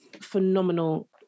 phenomenal